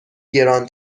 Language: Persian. گران